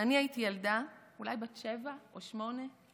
כשאני הייתי ילדה, אולי בת שבע או שמונה,